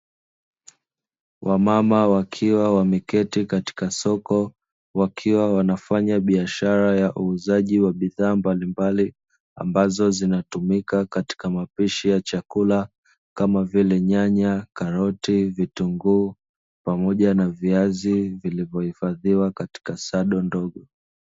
Wamama wakiwa wameketi katika soko, wakiwa wanafanya biashara ya uuzaji wa bidhaa mbalimbali ambazo zinatumika katika mapishi ya chakula kama vile: nyanya, karoti, vitunguu, pamoja na viazi vilivyohifadhiwa katika sado ndogo.